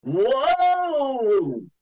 Whoa